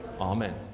Amen